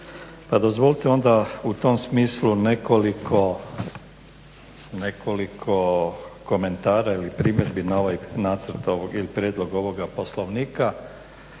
dozvolite onda u tom smislu nekoliko komentara ili primjedbi na ovaj nacrt ovog ili prijedlog ovoga Poslovnika.